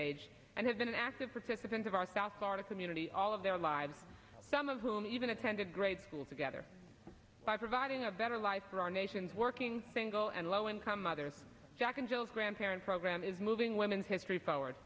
age and have been an active participant of our south florida community all of their lives some of whom even attended grade school together are providing a better life for our nation's working single and low income mother jack and jill grandparent program is moving women's history forward